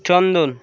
চন্দন